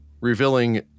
revealing